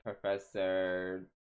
Professor